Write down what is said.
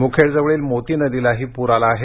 मुखेडजवळील मोती नदीलाही पूर आला आहे